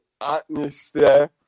atmosphere